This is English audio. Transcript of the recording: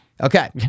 Okay